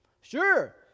sure